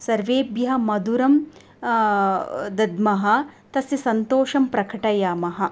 सर्वेभ्यः मधुरं दद्मः तस्य सन्तोषं प्रकटयामः